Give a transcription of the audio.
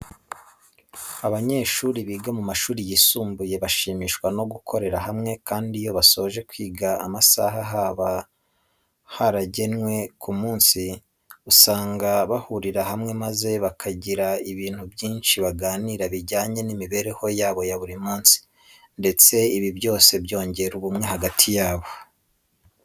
Abanyeshuri biga mu mashuri yisumbuye bashimishwa no gukorera hamwe kandi iyo basoje kwiga amasaha baba baragenwe ku munsi, usanga bahurira hamwe maze bakagira ibintu byinshi baganira bijyanye n'imibereho yabo ya buri munsi ndetse ibi byose byongera ubumwe hagati yabo.